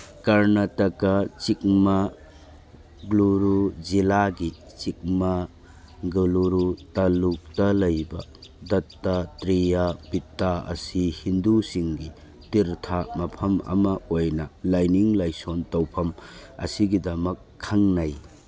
ꯀꯔꯅꯇꯀꯥ ꯆꯤꯛꯃꯥꯒ꯭ꯂꯨꯔꯨ ꯖꯤꯂꯥꯒꯤ ꯆꯤꯛꯃꯥꯒꯂꯨꯔꯨ ꯇꯂꯨꯛꯇ ꯂꯩꯕ ꯗꯠꯇꯇ꯭ꯔꯤꯌꯥ ꯄꯤꯇꯥ ꯑꯁꯤ ꯍꯤꯟꯗꯨꯁꯤꯡꯒꯤ ꯇꯤꯔꯊꯥ ꯃꯐ ꯑꯃ ꯑꯣꯏꯅ ꯂꯥꯏꯅꯤꯡ ꯂꯥꯏꯁꯣꯟ ꯇꯧꯐꯝ ꯑꯁꯒꯤꯗꯃꯛ ꯈꯪꯅꯩ